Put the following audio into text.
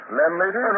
landlady